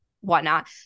whatnot